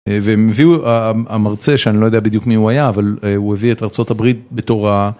והם הביאו המרצה שאני לא יודע בדיוק מי הוא היה, אבל הוא הביא את ארה״ב בתורה.